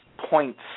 points